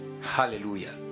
hallelujah